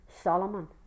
Solomon